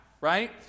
right